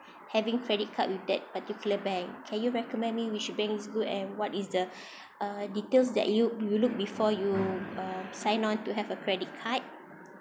having credit card with that particular bank can you recommend me which bank is good and what is the uh details that you you look before you uh sign on to have a credit card